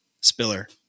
Spiller